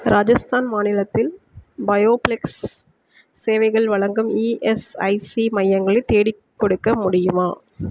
ராஜஸ்தான் மாநிலத்தில் பயோஃபிளெக்ஸ் சேவைகள் வழங்கும் இஎஸ்ஐசி மையங்களை தேடிக் கொடுக்க முடியுமா